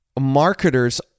marketers